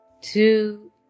two